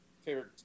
favorite